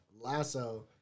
Lasso